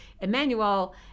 Emmanuel